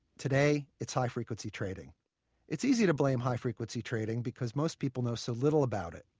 today, it's high-frequency trading it's easy to blame high-frequency trading, because most people know so little about it.